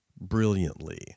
brilliantly